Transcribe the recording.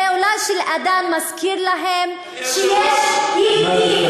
זה אולי שהאד'אן מזכיר להם שיש ילידים,